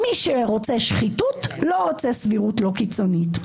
מי שרוצה שחיתות, לא רוצה סבירות קיצונית.